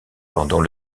pendant